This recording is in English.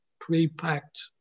pre-packed